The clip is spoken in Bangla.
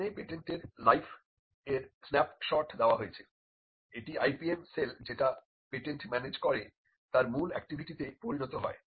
এখানে পেটেন্ট এর লাইফের স্ন্যাপশট দেওয়া হয়েছে এটি IPM সেল যেটা পেটেন্ট ম্যানেজ করে তার মূল অ্যাকটিভিটিতে পরিণত হয়